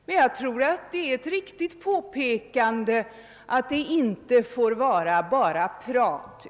Men jag tror att det är ett riktigt påpekande att det inte bara får vara prat.